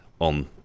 on